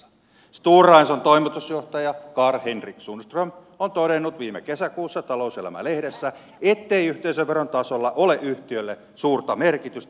stora enson toimitusjohtaja karl henrik sundström on todennut viime kesäkuussa talouselämä lehdessä ettei yhteisöveron tasolla ole yhtiölle suurta merkitystä